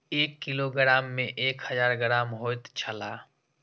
एक किलोग्राम में एक हजार ग्राम होयत छला